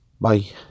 Bye